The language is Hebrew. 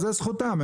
זאת זכותם.